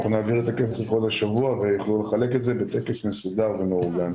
נעביר את הכסף עוד השבוע ויוכלו לחלק את זה בטקס מסודר ומאורגן.